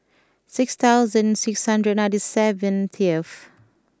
six thousand six hundred ninety seven T F